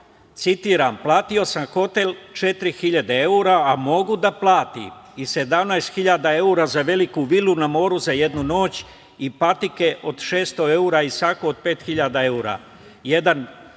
citiram: „Platio sam hotel 4.000 evra a mogu da platim i 17.000 evra za veliku vilu na moru za jednu noć i patike od 600 evra i sako od 5.000 evra“,